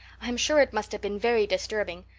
i'm sure it must have been very disturbing.